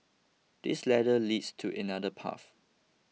this ladder leads to another path